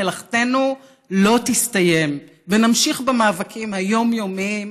מלאכתנו לא תסתיים ונמשיך במאבקים היומיומיים,